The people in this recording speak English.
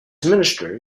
minister